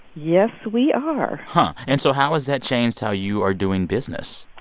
yes, we are but and so how has that changed how you are doing business?